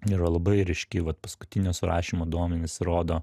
yra labai ryški vat paskutinio surašymo duomenys rodo